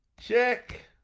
check